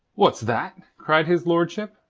what's that? cried his lordship.